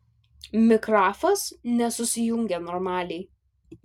mikrafas nesusijungė normaliai